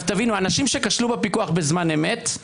תבינו שאנשים שכשלו בפיקוח בזמן אמת,